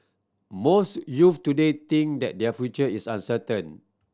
most youth today think that their future is uncertain